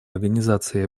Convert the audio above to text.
организации